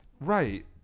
Right